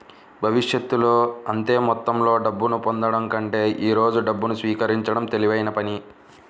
భవిష్యత్తులో అంతే మొత్తంలో డబ్బును పొందడం కంటే ఈ రోజు డబ్బును స్వీకరించడం తెలివైన పని